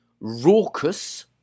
Raucous